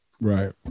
right